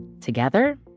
together